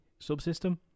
subsystem